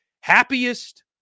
happiest